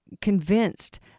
convinced